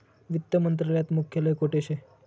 वित्त मंत्रालयात मुख्यालय कोठे शे